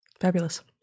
Fabulous